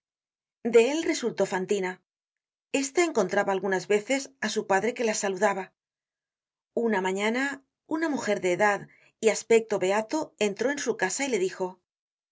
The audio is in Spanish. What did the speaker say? de él resultó fantina esta encontraba algunas veces á su padre que la saludaba una mañana una mujer de edad y aspecto beato entró en su casa y le dijo